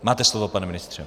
Máte slovo, pane ministře.